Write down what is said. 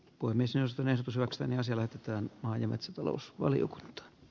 uimisen stones roxanen selvitetään maa ja metsätalous voi liukut